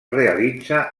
realitza